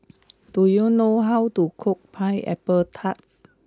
do you know how to cook pineapple Tart